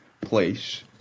place